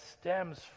stems